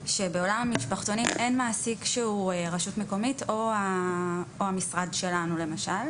שבעולם המשפחתונים אין מעסיק שהוא רשות מקומית או המשרד שלנו למשל.